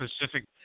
Pacific